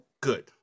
good